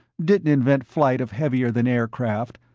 didn't invent flight of heavier than air craft,